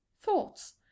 thoughts